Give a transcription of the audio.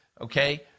okay